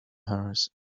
hers